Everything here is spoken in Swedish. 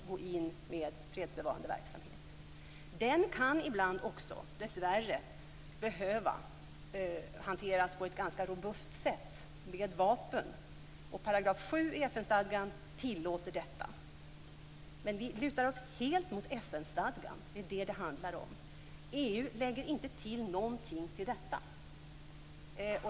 Den verksamheten kan ibland dessvärre behöva hanteras på ett ganska robust sätt med vapen. Detta tillåter 7 § i FN Vi lutar oss helt mot FN-stadgan. Det är det som det handlar om. EU lägger inte till någonting till detta.